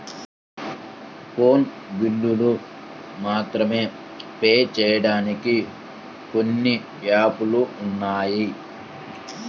phone బిల్లులు మాత్రమే pay చెయ్యడానికి కొన్ని యాపులు ఉన్నాయి